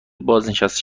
بازنشسته